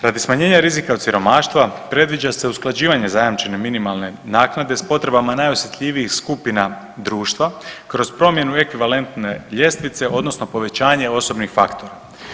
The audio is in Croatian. Radi smanjenja rizika od siromaštva predviđa se usklađivanje zajamčene minimalne naknade s potrebama najosjetljivijih skupina društva kroz promjenu ekvivalentne ljestvice odnosno povećanje osobnih faktora.